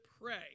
pray